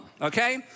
okay